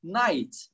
night